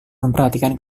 memperhatikan